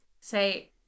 say